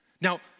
Now